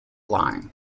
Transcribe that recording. line